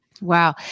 Wow